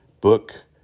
book